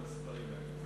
כל המספרים האלה,